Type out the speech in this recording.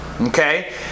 Okay